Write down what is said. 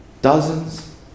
dozens